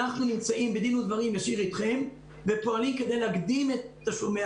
אנחנו נמצאים בדין ודברים ישיר איתכם ופועלים כדי להקדים את תשלומי